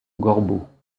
gorbeau